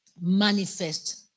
manifest